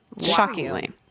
Shockingly